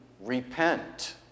Repent